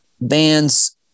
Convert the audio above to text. bands